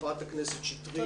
חברת הכנסת שטרית.